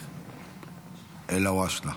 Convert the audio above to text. אלהואשלה.